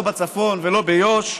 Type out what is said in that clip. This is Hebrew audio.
לא בצפון ולא ביו"ש.